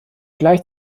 gleich